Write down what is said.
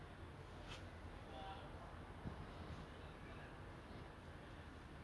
for me I I for me the reason why I choose Thalapathy as in vijay was because